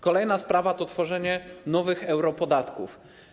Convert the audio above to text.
Kolejna sprawa to tworzenie nowych europodatków.